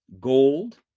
Gold